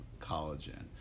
collagen